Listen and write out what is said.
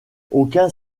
aucun